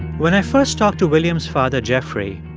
when i first talked to william's father, jeffrey,